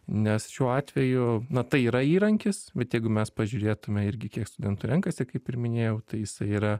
nes šiuo atveju na tai yra įrankis bet jeigu mes pažiūrėtume irgi kiek studentų renkasi kaip ir minėjau tai jisai yra